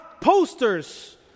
posters